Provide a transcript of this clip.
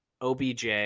OBJ